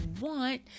want